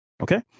Okay